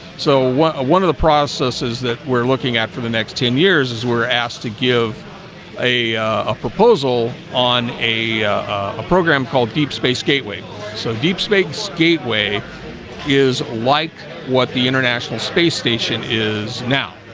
so one of the processes that we're looking at for the next ten years is we're asked to give a a proposal on a a program called deep-space gateway so deep-space gateway is like what the international space station is now